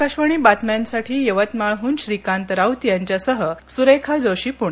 आकाशवाणी बातम्यांसाठी यवतमाळहून श्रीकांत राऊत यांच्यासह सुरेखा जोशी पुणे